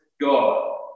God